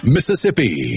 Mississippi